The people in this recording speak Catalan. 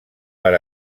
per